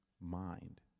mind